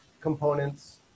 components